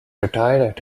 retired